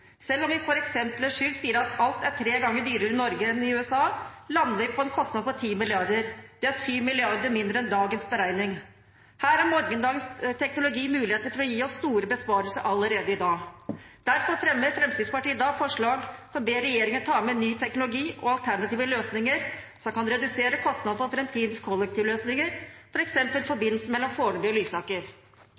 Selv om vi for eksempelets skyld sier at alt er tre ganger dyrere i Norge enn i USA, lander vi på en kostnad på 10 mrd. kr. Det er 7 mrd. kr mindre enn dagens beregning. Her har morgendagens teknologi muligheter for å gi oss store besparelser allerede i dag. Derfor fremmer Fremskrittspartiet i dag et forslag som ber regjeringen ta med ny teknologi og alternative løsninger som kan redusere kostnadene for framtidens kollektivløsninger, f.eks. forbindelsen mellom Fornebu og Lysaker.